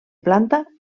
planta